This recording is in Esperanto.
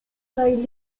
kaj